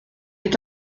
est